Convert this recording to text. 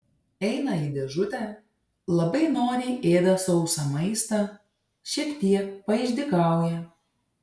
eina į dėžutę labai noriai ėda sausą maistą šiek tiek paišdykauja